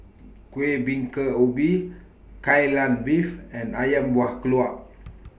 Kueh Bingka Ubi Kai Lan Beef and Ayam Buah Keluak